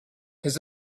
his